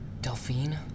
Delphine